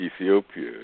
Ethiopia